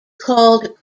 called